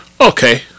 Okay